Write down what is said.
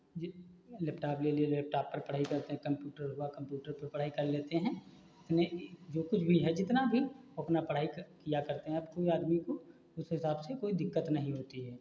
जिस लैपटॉप ले लिए लैपटॉप पर पढ़ाई करते कम्प्यूटर हुआ कम्प्यूटर पे पढ़ाई कर लेते हैं ने जो कुछ भी है जितना भी वो अपना पढ़ाई किया करते हैं कोई आदमी को उस हिसाब से कोई दिक्कत नहीं होती है